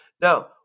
Now